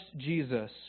Jesus